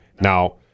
Now